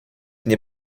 nie